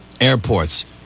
airports